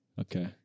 Okay